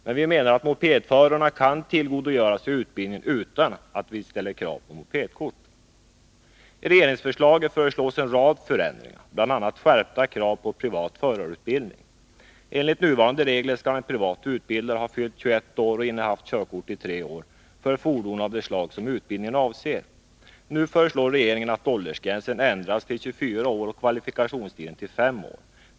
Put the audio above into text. Men vi menar att mopedförarna kan tillgodogöra sig utbildningen utan att vi ställer krav på mopedkort. Regeringen föreslår en rad förändringar, bl.a. skärpta krav på privat förarutbildning. Enligt nuvarande regler skall en privat utbildare ha fyllt 21 år och innehaft körkort i tre år för fordon av det slag som utbildningen avser. Nu föreslår regeringen att åldersgränsen ändras till 24 år och kvalifikationstiden till fem år.